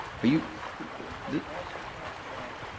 ah you know but it also talks about,